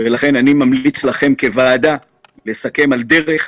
ולכן אני ממליץ לכם בוועדה לסכם על דרך,